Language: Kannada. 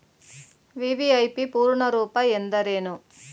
ವಿ.ವಿ.ಐ.ಪಿ ಪೂರ್ಣ ರೂಪ ಎಂದರೇನು?